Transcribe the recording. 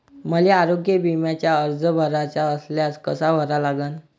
मले आरोग्य बिम्याचा अर्ज भराचा असल्यास कसा भरा लागन?